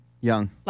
Young